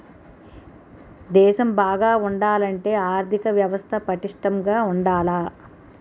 దేశం బాగా ఉండాలంటే ఆర్దిక వ్యవస్థ పటిష్టంగా ఉండాల